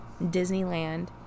Disneyland